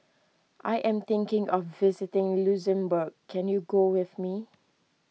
I am thinking of visiting Luxembourg can you go with me